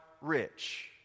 rich